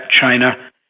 China